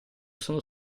sono